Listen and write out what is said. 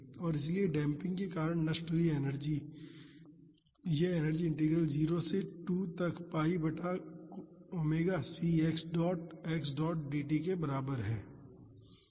और इसलिए डेम्पिंग के कारण नष्ट हुई यह एनर्जी इंटीग्रल 0 से 2 तक pi बटा omega c x dot x dot dt के बराबर है